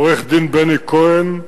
עורך-דין בני כהן,